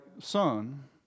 son